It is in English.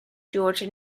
george